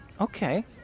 Okay